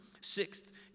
Sixth